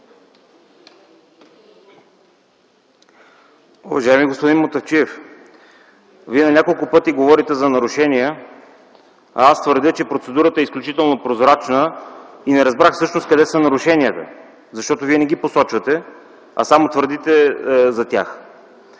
Уважаеми господин Мутафчиев, Вие на няколко пъти говорите за нарушения, а аз твърдя, че процедурата е изключително прозрачна и не разбрах всъщност къде са нарушенията, защото Вие не ги посочвате, а само твърдите за тях.